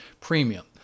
premium